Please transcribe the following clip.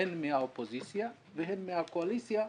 הן מהאופוזיציה והן מהקואליציה,